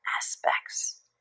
aspects